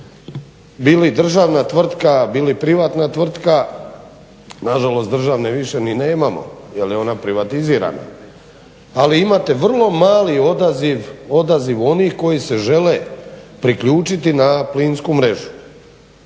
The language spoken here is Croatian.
bili državna tvrtka, bili privatna tvrtka, nažalost državne više ni nemamo jer je ona privatizirana, ali imate vrlo mali odaziv onih koji se žele priključiti na plinsku mrežu.